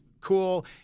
cool